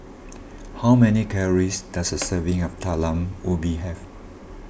how many calories does a serving of Talam Ubi have